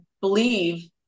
believe